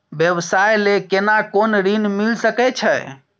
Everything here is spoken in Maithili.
व्यवसाय ले केना कोन ऋन मिल सके छै?